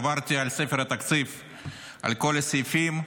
עברתי על ספר התקציב על כל הסעיפים.